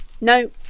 no